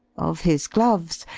of his gloves,